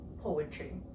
poetry